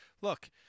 Look